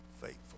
faithful